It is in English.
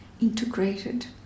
integrated